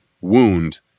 wound